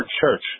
church